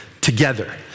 together